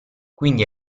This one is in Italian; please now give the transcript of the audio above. quindi